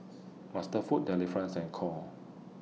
MasterFoods Delifrance and Knorr